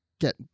get